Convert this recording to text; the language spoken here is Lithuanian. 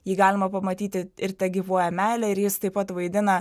jį galima pamatyti ir tegyvuoja meilė ir jis taip pat vaidina